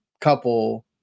couple